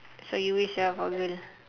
so you wish ah for a girl